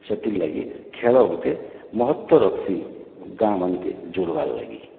ସେଥିର୍ ଲାଗି ଖେଳ ଗୁଟେ ମହତ୍ଵ ରଖ୍ସି ଗାଁ ମାନକେ ଜୁଡ଼ବାର୍ ଲାଗି